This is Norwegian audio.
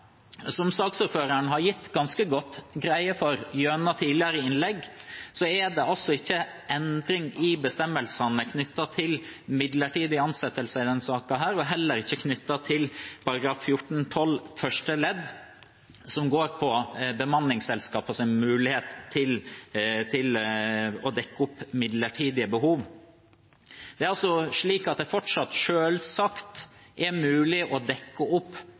Som saksordføreren har gjort ganske godt greie for gjennom tidligere innlegg, er det ikke endring i bestemmelsene knyttet til midlertidig ansettelse i denne saken, og heller ikke knyttet til § 14-12 første ledd, som går på bemanningsselskapenes mulighet til å dekke opp midlertidige behov. Det er fortsatt selvsagt mulig å dekke opp sesongvariasjoner, og det er selvsagt mulig å dekke opp